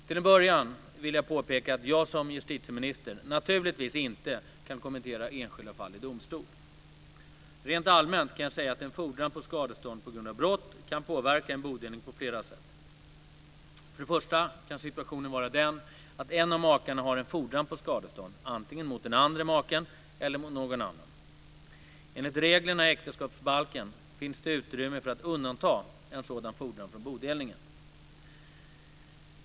Till en början vill jag påpeka att jag som justitieminister naturligtvis inte kan kommentera enskilda fall i domstol. Rent allmänt kan jag säga att en fordran på skadestånd på grund av brott kan påverka en bodelning på flera sätt. För det första kan situationen vara den att en av makarna har en fordran på skadestånd, antingen mot den andre maken eller mot någon annan. Enligt reglerna i äktenskapsbalken finns det utrymme för att undanta en sådan fordran från bodelningen.